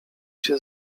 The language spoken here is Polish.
się